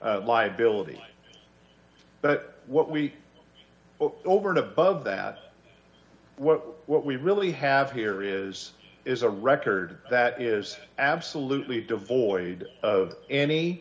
s liability but what we over and above that what we really have here is is a record that is absolutely devoid of any